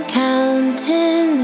counting